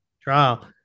Trial